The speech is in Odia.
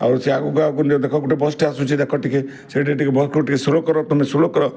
ଆଉ ସେ ଆଗକୁ ଆଗକୁ ଦେଖ ଗୋଟେ ବସ୍ଟେ ଆସୁଛି ଦେଖ ଟିକେ ସେଇଠି ଟିକେ ବସ୍କୁ ଟିକେ ସ୍ଲୋ କର ତୁମେ ସ୍ଲୋ କର